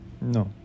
No